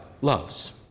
loves